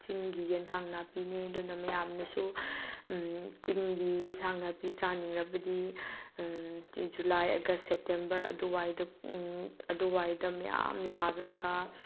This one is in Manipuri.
ꯆꯤꯡꯒꯤ ꯑꯦꯟꯁꯥꯡ ꯅꯥꯄꯤꯅꯤ ꯑꯗꯨꯅ ꯃꯌꯥꯝꯅꯁꯨ ꯆꯤꯡꯒꯤ ꯑꯦꯟꯁꯥꯡ ꯅꯥꯄꯤ ꯆꯥꯅꯤꯡꯂꯕꯗꯤ ꯖꯨꯂꯥꯏ ꯑꯥꯒꯁ ꯁꯦꯞꯇꯦꯝꯕꯔ ꯑꯗꯨꯋꯥꯏꯗ ꯑꯗꯨꯋꯥꯏꯗ ꯃꯌꯥꯝ ꯂꯥꯛꯂꯒ